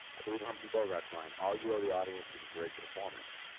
i believe humphrey bogart's line, all you owe the audience is a great performance.